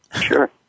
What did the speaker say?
Sure